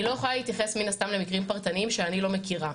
אני לא יכולה להתייחס מן הסתם למקרים פרטניים שאני לא מכירה,